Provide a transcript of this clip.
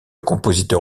compositeur